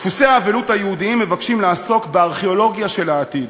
דפוסי האבלות היהודיים מבקשים לעסוק בארכיאולוגיה של העתיד,